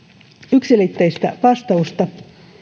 yksiselitteistä vastausta